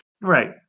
Right